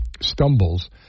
stumbles